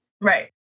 Right